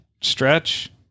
stretch